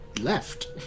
left